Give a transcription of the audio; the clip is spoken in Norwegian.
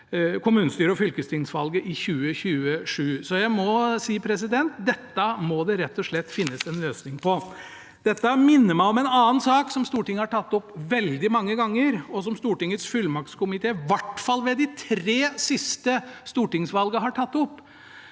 kommunestyre- og fylkestingsvalget i 2027. Jeg må si at dette må det rett og slett finnes en løsning på. Dette minner meg om en annen sak som Stortinget har tatt opp veldig mange ganger, og som Stortingets fullmaktskomité i hvert fall ved de tre siste stortingsvalg har tatt opp,